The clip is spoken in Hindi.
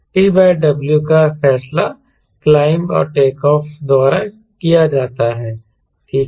TW का फैसला क्लाइंब और टेकऑफ़ द्वारा किया जाता है ठीक है